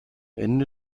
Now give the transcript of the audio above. ende